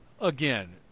again